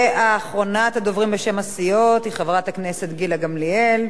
ואחרונת הדוברים בשם הסיעות היא חברת הכנסת גילה גמליאל,